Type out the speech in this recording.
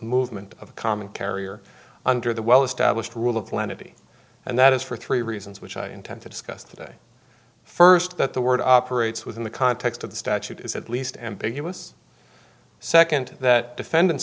movement of a common carrier under the well established rule of lenity and that is for three reasons which i intend to discuss today first that the word operates within the context of the statute is at least ambiguous second that defendant